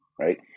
right